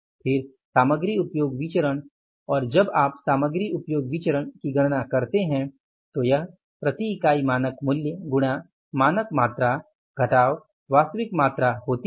फिर सामग्री उपयोग विचरण और जब आप सामग्री उपयोग विचरण की गणना करते हैं तो यह प्रति इकाई मानक मूल्य गुणा मानक मात्रा घटाव वास्तविक मात्रा होती है